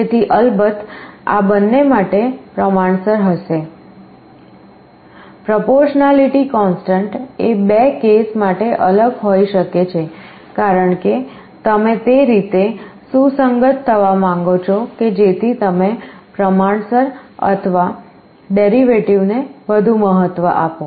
તેથી અલબત્ત આ બંને માટે પ્રમાણસર હશે Proportionality constant એ બે કેસ માટે અલગ હોઈ શકે છે કારણ કે તમે તે રીતે સુસંગત થવા માંગો છો કે જેથી તમે પ્રમાણસર અથવા ડેરિવેટિવ ને વધુ મહત્વ આપો